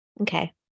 okay